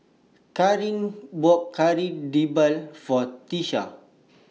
Kareen bought Kari Debal For Tiesha